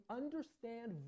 understand